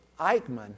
Eichmann